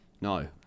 No